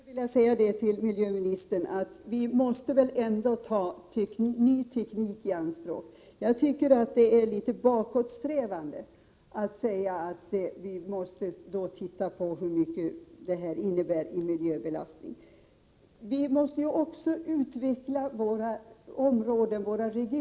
Herr talman! Jag skulle vilja säga till miljöministern att vi väl ändå måste ta nyteknik i anspråk. Jag tycker det är litet bakåtsträvande att säga att vi måste titta på hur stor miljöbelastning detta innebär. Våra regioner måste ju också utvecklas.